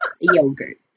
yogurt